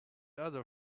other